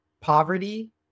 Poverty